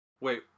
Wait